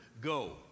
go